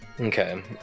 okay